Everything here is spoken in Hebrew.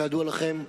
כידוע לכם,